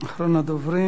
אחרון הדוברים.